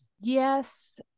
Yes